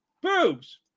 boobs